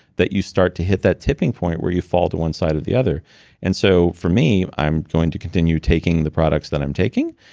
that you start to hit that tipping point where you fall to one side or the other and so for me, i'm going to continue taking the products that i'm taking,